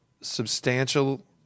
substantial